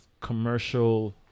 commercial